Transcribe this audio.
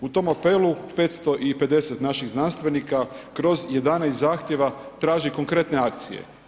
U tom apelu 550 naših znanstvenika kroz 11 zahtjeva traži konkretne akcije.